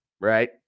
right